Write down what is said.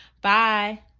Bye